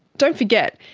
don't forget,